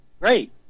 Great